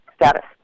status